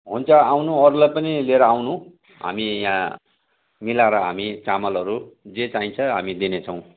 हुन्छ आउनू अरूलाई पनि लिएर आउनू हामी यहाँ मिलाएर हामी चामलहरू जे चाहिन्छ हामी दिनेछौँ